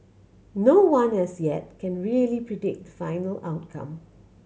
no one as yet can really predict final outcome